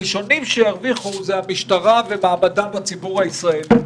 הראשונים שירוויחו זה המשטרה ומעמדה בציבור הישראלי.